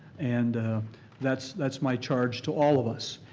and that's that's my charge to all of us.